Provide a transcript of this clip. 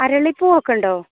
അരളിപ്പൂ ഒക്കെയുണ്ടോ